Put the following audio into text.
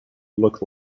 look